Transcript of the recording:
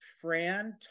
Fran